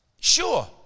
Sure